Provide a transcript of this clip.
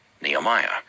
Nehemiah